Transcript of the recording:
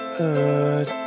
good